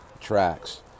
tracks